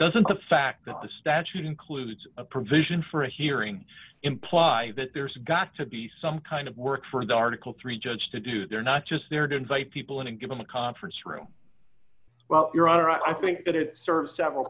doesn't the fact that the statute includes a provision for a hearing imply that there's got to be some kind of work for the article three judge to do they're not just there to invite people in and give them a conference room well your honor i think that it serves several